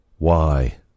Why